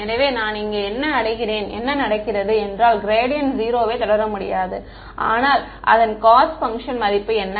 எனவே நான் இங்கே என்ன அடைகிறேன் என்ன நடக்கிறது என்றால் க்ராடியன்ட் 0 ஐத் தொடர முடியாது ஆனால் அதன் காஸ்ட் பங்க்ஷன் மதிப்பு என்ன